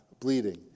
bleeding